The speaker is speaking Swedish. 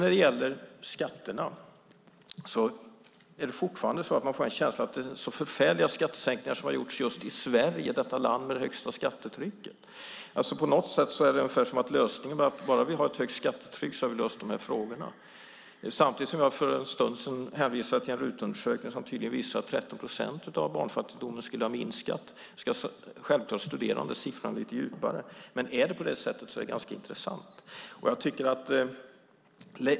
När det gäller skatterna är det fortfarande så att man får en känsla av att det är förfärliga skattesänkningar som har gjorts i Sverige, detta land med det högsta skattetrycket. Lösningen verkar ungefär vara att bara vi har ett högt skattetryck så har vi löst de här frågorna. Samtidigt hänvisade jag för en stund sedan till en undersökning från riksdagens utredningstjänst som tydligen visar att barnfattigdomen skulle ha minskat med 13 procent. Jag ska självklart studera den siffran lite djupare, men är det på det sättet är det ganska intressant.